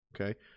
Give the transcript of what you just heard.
Okay